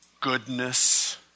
goodness